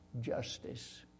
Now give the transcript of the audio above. justice